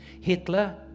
Hitler